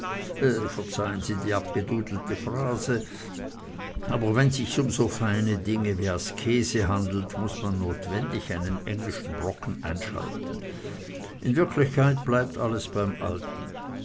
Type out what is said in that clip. verzeihen sie die abgedudelte phrase aber wenn sich's um so feine dinge wie askese handelt muß man notwendig einen englischen brocken einschalten in wirklichkeit bleibt alles beim alten